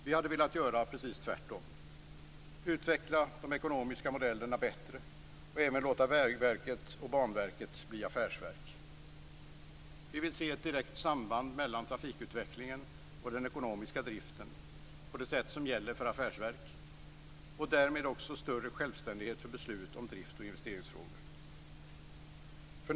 Vi hade velat göra precis tvärtom; utveckla de ekonomiska modellerna bättre och låta även Vägverket och Banverket bli affärsverk. Vi vill se ett direkt samband mellan trafikutvecklingen och den ekonomiska driften på det sätt som gäller för affärsverk och därmed också större självständighet för beslut om drift och investeringsfrågor.